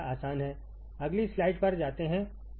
आइए अगली स्लाइड पर जाते हैं